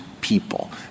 people